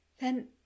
Then